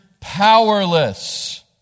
powerless